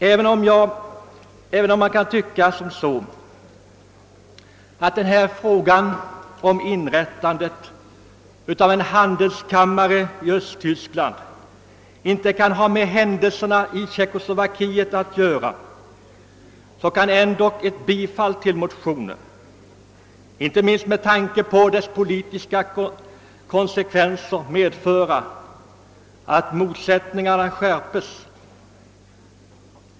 Även om det kan tyckas att frågan om inrättandet av en handelskammare i Östtyskland inte har med händelserna i Tjeckoslovakien att göra, så måste man inse att ett bifall till motionen — inte minst med tanke på de politiska konsekvenserna av ett sådant beslut — medför att motsättningarna skärps.